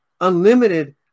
Unlimited